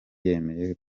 yemeye